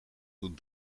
hoe